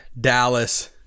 Dallas